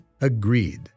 agreed